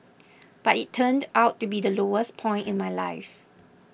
but it turned out to be the lowest point in my life